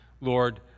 Lord